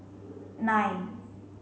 nine